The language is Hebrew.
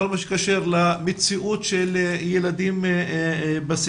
כל מה שקשור למציאות של ילדים בסיכון,